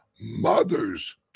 mother's